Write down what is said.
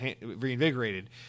reinvigorated